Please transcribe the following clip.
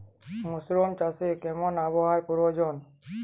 Mushroom চাষে কেমন আবহাওয়ার প্রয়োজন?